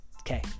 okay